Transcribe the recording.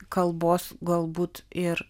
kalbos galbūt ir